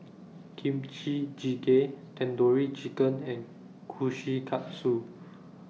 Kimchi Jjigae Tandoori Chicken and Kushikatsu